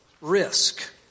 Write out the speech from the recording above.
risk